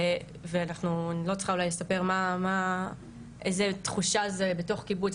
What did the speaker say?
אני לא צריכה אולי לספר איזה תחושה זה בתוך קיבוץ,